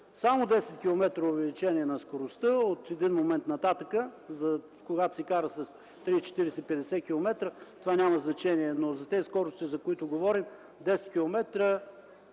само 10-километрово увеличение на скоростта от един момент нататък, когато се кара с 30-40-50 км, това няма значение, но за скоростите, за които говорим, 10 км